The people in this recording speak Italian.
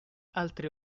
altre